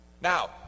Now